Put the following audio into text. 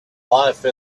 life